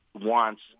wants